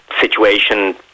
situation